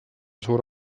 suur